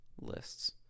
lists